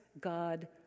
God